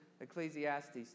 Ecclesiastes